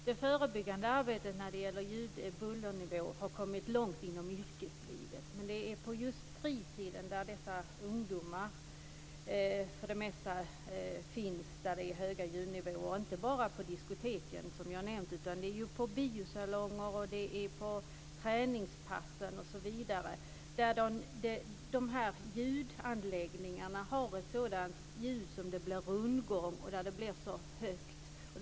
Herr talman! Det förebyggande arbetet när det gäller bullernivåer har kommit långt inom yrkeslivet. Men det är just på fritiden som dessa ungdomar vistas där det är höga ljudnivåer. De förekommer ju inte bara på diskoteken som jag har nämnt, utan i biosalonger och på träningspassen osv. Dessa ljudanläggningar gör att det blir rundgång och att ljudet blir så högt.